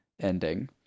ending